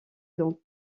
dans